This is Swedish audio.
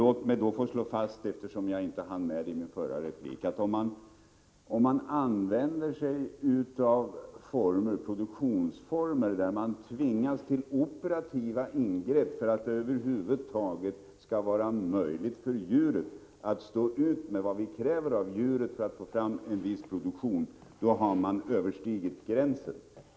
Låt mig få slå fast — jag hann inte med det i mitt förra inlägg — att om man använder sig av produktionsformer där man tvingas till operativa ingrepp för att det över huvud taget skall vara möjligt för djuren att stå ut med vad vi kräver av dem för att uppnå en viss produktion, då har man överskridit gränsen.